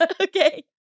Okay